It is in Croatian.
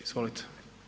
Izvolite.